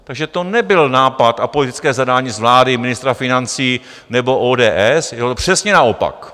Takže to nebyl nápad a politické zadání z vlády ministra financí nebo ODS, ale přesně naopak.